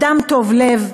אדם טוב לב,